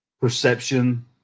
perception